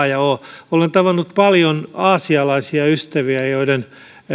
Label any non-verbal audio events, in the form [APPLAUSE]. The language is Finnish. [UNINTELLIGIBLE] ja o olen tavannut paljon aasialaisia ystäviä joiden